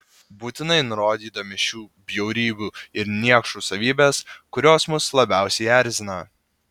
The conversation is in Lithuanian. būtinai nurodydami šių bjaurybių ir niekšų savybes kurios mus labiausiai erzina